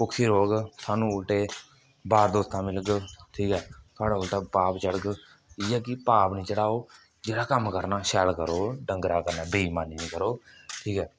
भुक्खी रौहग सानूं उल्टे लग्गग ठीक ऐ साढ़ा उल्टा पाप चढ़ग इयै कि पाप नेईं चढ़ाओ जेह्ड़ा कम्म करना शैल करो डंगर कन्नै बेइमानी नेईं करो ठीक ऐ